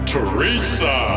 Teresa